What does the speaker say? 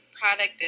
product